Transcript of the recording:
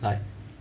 like